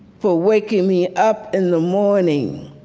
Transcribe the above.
for waking me up in the morning,